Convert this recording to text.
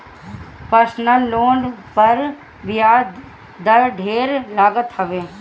personal loan पर बियाज दर ढेर लागत हवे